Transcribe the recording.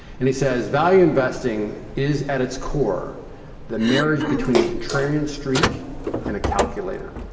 and he says, value investing is at its core the marriage between a contrarian streak and a calculator.